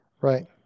Right